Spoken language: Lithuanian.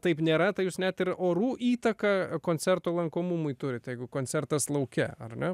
taip nėra tai jūs net ir orų įtaką koncerto lankomumui turit jeigu koncertas lauke ar ne